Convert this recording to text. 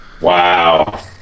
Wow